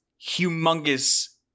humongous